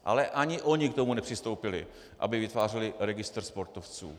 Ale ani oni k tomu nepřistoupili, aby vytvářeli registr sportovců.